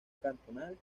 cantonal